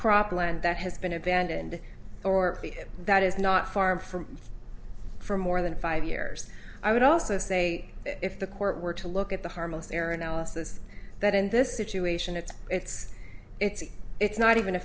cropland that has been abandoned or that is not far from for more than five years i would also say if the court were to look at the harmless error analysis that in this situation it's it's it's it's not even a